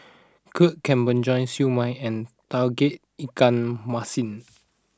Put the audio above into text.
Kuih Kemboja Siew Mai and Tauge Ikan Masin